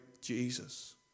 Jesus